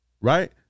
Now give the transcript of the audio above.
Right